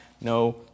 no